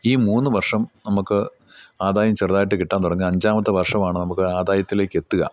ഈ മൂന്നു വർഷം നമുക്ക് ആദായം ചെറുതായിട്ട് കിട്ടാൻ തൊടങ്ങും അഞ്ചാമത്തെ വർഷമാണ് നമുക്ക് ആദായത്തിലേക്ക് എത്തുക